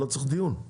אני לא צריך דיון.